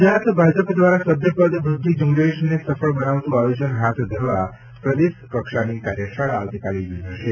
ગુજરાત ભાજપ દ્વારા સભ્ય પદ વૃદ્ધિ ઝૂંબેશને સફળ બનાવતું આયોજન હાથ ધરવા પ્રદેશ કક્ષાની કાર્યશાળા આવતીકાલે યોજાશે